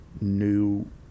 new